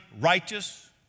righteous